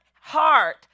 heart